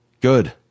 Good